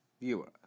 viewers